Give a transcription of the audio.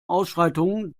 ausschreitungen